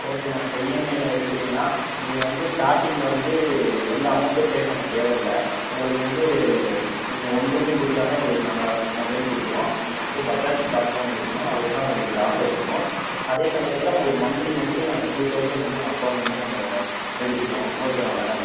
okay madam இப்போ இஎம்ஐல எடுக்குறீங்கன்னால் நீங்கள் வந்து ஸ்டாட்டிங்ல வந்து எந்த அமௌண்ட்டும் பே பண்ண தேவையில்ல உங்களுக்கு வந்து நீங்கள் ஒன் ருப்பி கொடுத்தோன்னே உங்களுக்கு நாங்கள் மொபைல் கொடுக்குறோம் நீங்கள் வந்து பஜாஜ் கார்ட்னு ஒன்று இருக்கணும் அது இருந்தால் உங்களுக்கு இந்த ஆஃபர் இருக்கும் அதே சமயத்தில் உங்களுக்கு மன்த்லி மன்த்லி நாங்கள் டூ தௌசண்ட் வந்து உங்கள் அக்கௌண்ட்லேருந்து நாங்கள் எடுத்துக்குவோம் ஓகேவா மேடம்